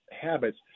habits